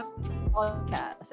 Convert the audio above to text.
podcast